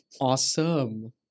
awesome